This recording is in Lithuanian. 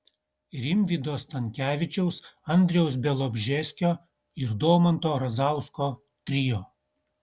rimvydo stankevičiaus andriaus bialobžeskio ir domanto razausko trio